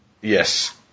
Yes